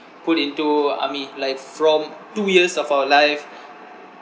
put into army like from two years of our life